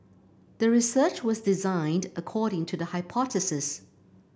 the research was designed according to the hypothesis